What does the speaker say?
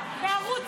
האחרונות.